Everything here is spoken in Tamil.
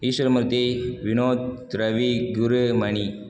ஈஸ்வரமூர்த்தி வினோத் ரவி குரு மணி